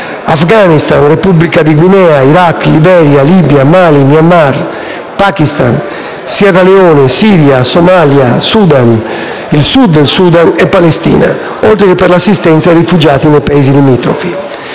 Afghanistan, Repubblica di Guinea, Iraq, Liberia, Libia, Mali, Myanmar, Pakistan, Sierra Leone, Siria, Somalia, Sudan, Sud Sudan e Palestina, oltre che per l'assistenza ai rifugiati nei Paesi limitrofi.